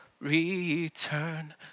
return